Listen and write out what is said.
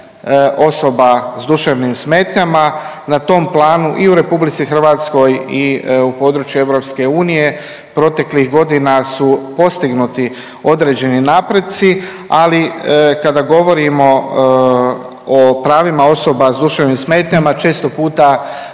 osoba s duševnim smetnjama. Na tom planu i u RH i u području EU proteklih godina su postignuti određeni napreci, ali kada govorimo o pravima osoba s duševnim smetnjama često puta